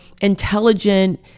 intelligent